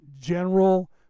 general